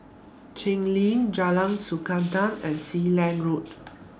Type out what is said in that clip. Cheng Lim Jalan Sikudangan and Sealand Road